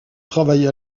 travaille